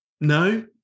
no